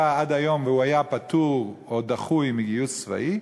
ועד היום הוא היה פטור או דחוי מגיוס צבאי,